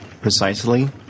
precisely